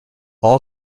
all